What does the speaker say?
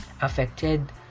affected